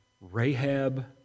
Rahab